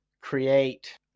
create